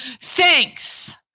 thanks